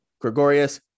Gregorius